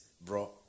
bro